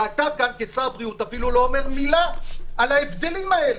אתה כשר הבריאות לא אומר מילה על ההבדלים האלה,